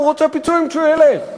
כי הוא רוצה פיצויים כשהוא ילך.